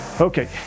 Okay